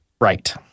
Right